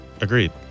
Agreed